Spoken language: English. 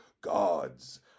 god's